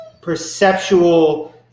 perceptual